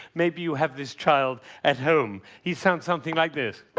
maybe you have this child at home. he sounds something like this.